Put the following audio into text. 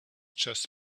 just